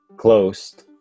Closed